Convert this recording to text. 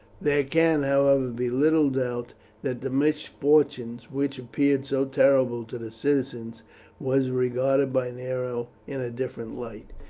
there can, however, be little doubt that the misfortune which appeared so terrible to the citizens was regarded by nero in a different light.